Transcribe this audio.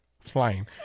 flying